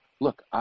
Look